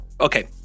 Okay